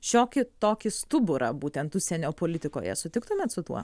šiokį tokį stuburą būtent užsienio politikoje sutiktumėt su tuo